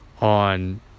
on